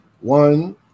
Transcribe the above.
one